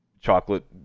chocolate